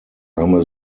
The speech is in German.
arme